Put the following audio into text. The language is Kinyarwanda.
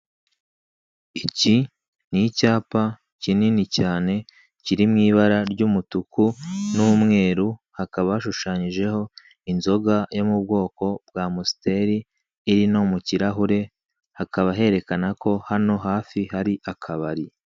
Iki ni icyapa kinini cyane kirimo ibara ry'umutuku n'umweru, hakaba hashushanyijeho inzoga yo mu bwoko bwa musiteri iri no mu kirahure, hakaba herekana ko hano hafi hari akabari.